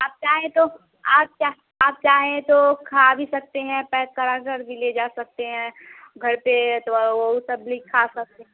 आप चाहें तो आप चा आप चाहें तो खा भी सकते हैं पैक करा कर भी ले जा सकते हैं घर पर तो वह ऊ सब भी खा सकते हैं